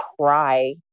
cry